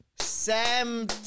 Sam